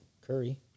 Curry